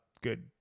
good